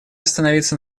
остановиться